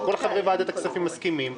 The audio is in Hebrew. שכל חברי ועדת הכספים מסכימים,